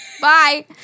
Bye